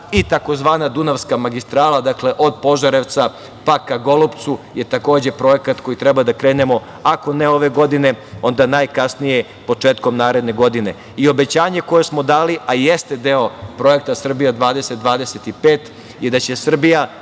i tzv. Dunavska magistrala, od Požarevca pa ka Golupcu je takođe projekat koji treba da krenemo ako ne ove godine, onda najkasnije početkom naredne godine. Obećanje koje smo dali, a jeste deo projekta Srbija 2025 je da će Srbija